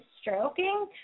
stroking